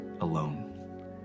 alone